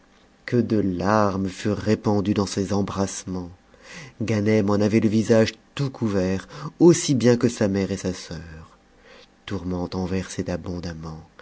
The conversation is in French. que de larmes furent répandues dans ces embrassements ganem en avait le visage tout couvert aussi bien que sa mère et sa sœur tourmente en versait abondamment